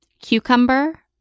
cucumber